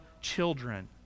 children